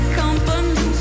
company